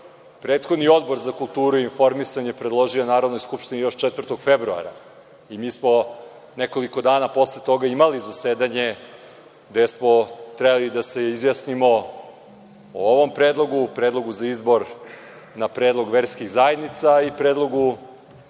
prethodni Odbor za kulturu i informisanje predložio Narodnoj skupštini još 4. februara i mi smo nekoliko dana posle toga imali zasedanje gde smo trebali da se izjasnimo o ovom predlogu, predlogu za izbor na predlog verskih zajednica i predlogu